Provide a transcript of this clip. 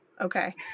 Okay